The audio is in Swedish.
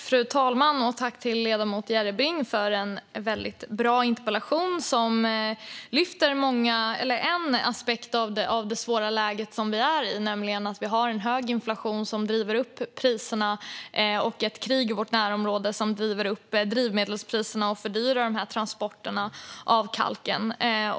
Fru talman! Jag tackar ledamoten Järrebring för en väldigt bra interpellation. Den lyfter fram en aspekt av det svåra läge vi är i, nämligen att vi har en hög inflation som driver upp priserna och ett krig i vårt närområde som driver upp drivmedelspriserna och fördyrar transporterna av kalken.